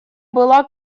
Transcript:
была